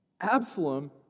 Absalom